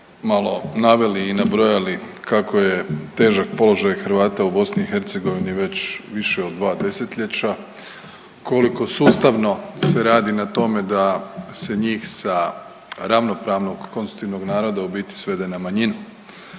malo naveli i nabrojali kako težak položaj Hrvata u BiH već više od 2 desetljeća, koliko sustavno se radi na tome da se njih sa ravnopravnog konstitutivnog naroda u biti svede na manjinu.